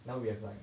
now we have like